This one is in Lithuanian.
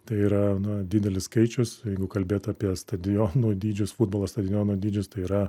tai yra didelis skaičius jeigu kalbėt apie stadionų dydžius futbolo stadionų dydžius tai yra